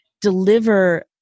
deliver